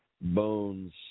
Bones